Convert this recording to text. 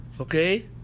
okay